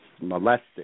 molested